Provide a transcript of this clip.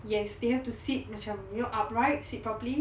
yes they have to sit macam you know upright sit properly